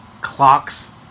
clocks